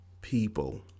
people